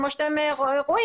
כמו שאתם רואים,